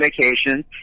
vacation